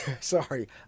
sorry